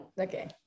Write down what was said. Okay